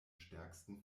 stärksten